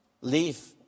Leave